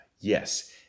Yes